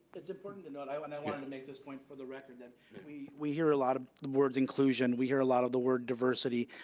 it's important to note, and i wanted to make this point for the record that we we hear a lot of the word inclusion, we hear a lot of the word diversity.